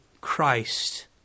Christ